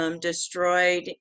Destroyed